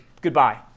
goodbye